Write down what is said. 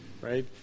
right